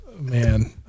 man